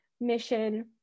mission